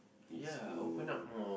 in school